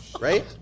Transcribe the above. right